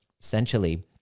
essentially